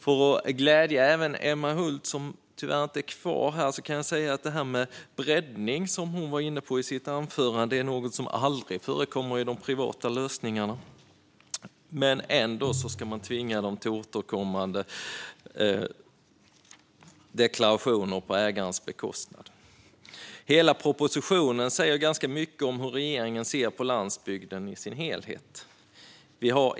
För att glädja Emma Hult, som tyvärr inte är kvar i kammaren, kan jag även säga att det här med bräddning, som hon var inne på i sitt anförande, är något som aldrig förekommer i de privata lösningarna. Ändå ska man tvinga ägarna till återkommande deklarationer på egen bekostnad. Hela propositionen säger ganska mycket om hur regeringen ser på landsbygden i sin helhet.